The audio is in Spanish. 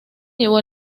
llevó